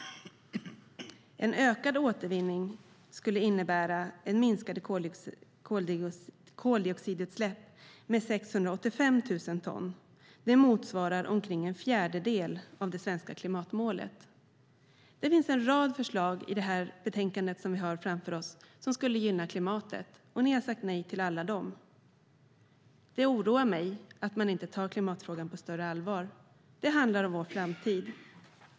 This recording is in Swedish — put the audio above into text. En ökad återvinning skulle innebära minskade koldioxidutsläpp med 685 000 ton. Det motsvarar omkring en fjärdedel av det svenska klimatmålet. Det finns en rad förslag i det betänkande vi nu har framför oss som skulle gynna klimatet, och ni har sagt nej till alla dem. Det oroar mig att man inte tar klimatfrågan på större allvar. Det handlar om vår framtid.